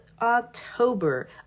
october